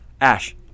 Ash